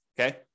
okay